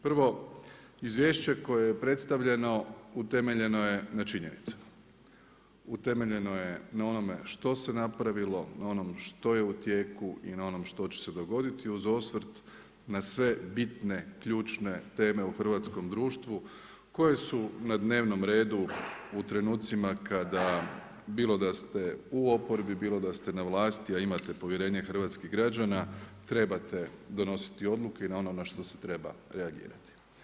Prvo, izvješće koje je predstavljeno utemeljeno je na činjenicama, utemeljeno je na onome što se napravilo, na onome što je u tijeku i na onome što će se dogoditi uz osvrt na sve bitne ključne teme u Hrvatskom društvu koje su na dnevnom redu u trenutcima kada bilo da ste u oporbi, bilo da ste na vlasti a imate povjerenje hrvatskih građana trebate donositi odluke i na ono na što treba reagirati.